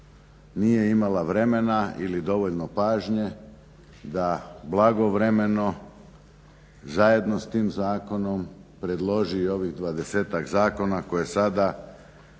nije imala vremena ili dovoljno pažnje da blagovremeno zajedno s tim zakonom predloži i ovih 20-ak zakona koje sada